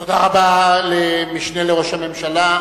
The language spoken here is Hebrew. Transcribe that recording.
תודה רבה למשנה לראש הממשלה.